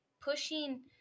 pushing